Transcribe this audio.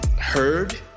heard